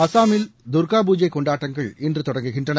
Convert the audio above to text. அசாமில் துர்கா பூஜை கொண்டாட்டங்கள் இன்று தொடங்குகின்றன